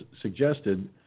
suggested